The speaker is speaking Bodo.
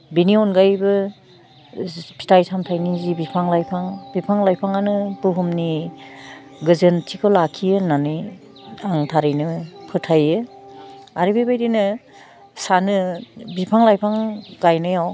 बिनि अनगायैबो फिथाइ सामथाइनि जि बिफां लाइफां बिफां लाइफाङानो बुहुमनि गोजोन्थिखौ लाखियो होननानै आं थारैनो फोथायो आरो बे बायदिनो सानो बिफां लाइफां गायनायाव